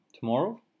tomorrow